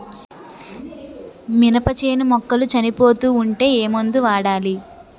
మినప చేను మొక్కలు చనిపోతూ ఉంటే ఏమందు వాడాలి?